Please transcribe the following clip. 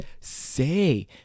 say